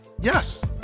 Yes